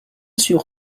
sur